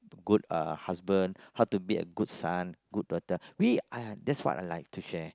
good uh husband how to be a good son good daughter we uh yeah that's what I like to share